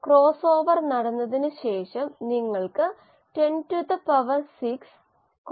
അതിനാൽ നമുക്ക് പരമാവധി വളർച്ചാ നിരക്ക് പകുതി ലഭിക്കുന്ന സബ്സ്ട്രേറ്റ് സാന്ദ്രതയാണ് K